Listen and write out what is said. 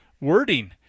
wording